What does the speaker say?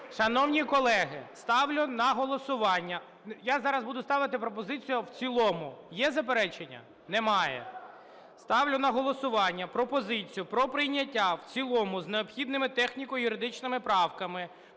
Шановні колеги, ставлю на голосування… Я зараз буду ставити пропозицію в цілому. Є заперечення? Немає. Ставлю на голосування пропозицію про прийняття в цілому з необхідними техніко-юридичними правками